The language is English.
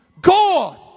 God